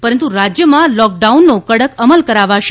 પરંતુ રાજ્યમાં લોકડાઉનનો કડક અમલ કરાવાશે